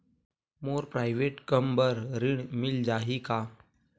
मोर private कम बर ऋण मिल जाही का?